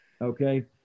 Okay